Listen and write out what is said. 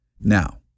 Now